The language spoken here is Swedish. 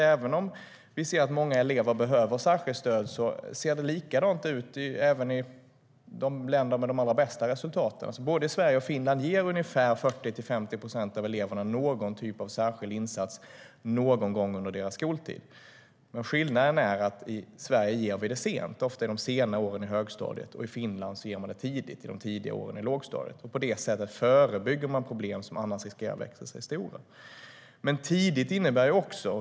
Även om vi anser att många elever behöver särskilt stöd ser det likadant ut även i länder med de allra bästa resultaten. Både i Sverige och i Finland behöver 40-50 procent av eleverna någon typ av särskild insats någon gång under skoltiden. Skillnaden är att i Sverige ger vi stödet sent, ofta i de sena åren i högstadiet. I Finland ges stödet tidigt i lågstadiet. På det sättet förebygger de problem som annars riskerar att växa sig stora.